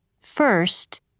First